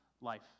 life